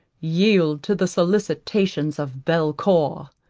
yield to the solicitations of belcour?